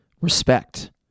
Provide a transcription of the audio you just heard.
respect